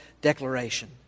declaration